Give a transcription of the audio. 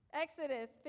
Exodus